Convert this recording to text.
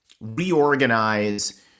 reorganize